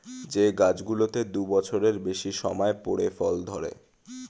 যে গাছগুলোতে দু বছরের বেশি সময় পরে ফল ধরে